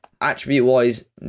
attribute-wise